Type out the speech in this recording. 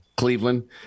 Cleveland